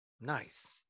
Nice